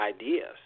ideas